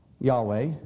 Yahweh